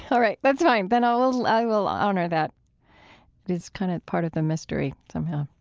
all right. that's fine. then i will i will honor that but as kind of part of the mystery somehow.